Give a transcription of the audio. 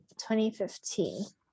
2015